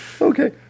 Okay